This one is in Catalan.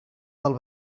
del